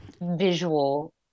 visual